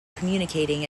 communicating